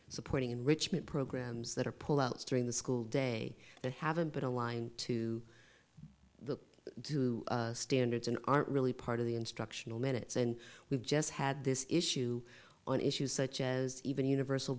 supporting enrichment programs that are pull outs during the school day that haven't been aligned to the do standards and aren't really part of the instructional minutes and we've just had this issue on issues such as even universal